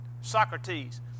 Socrates